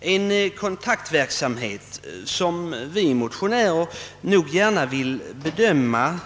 Det är en kontaktverksamhet som vi motionärer gärna vill bedöma